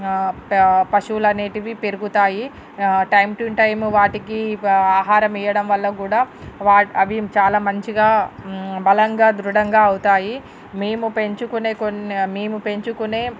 ప పశువులనేటివి పెరుగుతాయి టైం టు టైము వాటికి ఆహారం ఇవ్వడం వల్ల కూడా వా అవి చాలా మంచిగా బలంగా ధృడంగా అవుతాయి మీము పెంచుకునే కొన్నే మీము పెంచుకునే